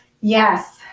Yes